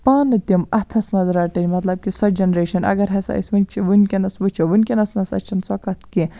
پانہٕ تِم اَتھَس مَنٛز رَٹٕنۍ مَطلَب کہِ سۄ جَنریشَن اگر ہَسا أسۍ وٕنہِ چھِ ونکیٚنَس وٕچھو وٕنکیٚنَس نَسا چھَنہٕ سۄ کتھ کینٛہہ